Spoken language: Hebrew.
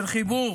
של חיבור.